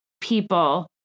people